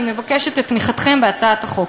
אני מבקשת את תמיכתכם בהצעת החוק.